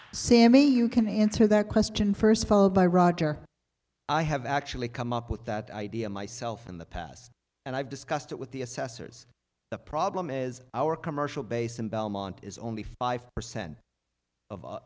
sammy you can answer that question first of all by roger i have actually come up with that idea myself in the past and i've discussed it with the assessors the problem is our commercial base in belmont is only five percent of